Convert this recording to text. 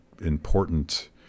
important